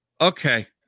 okay